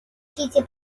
защите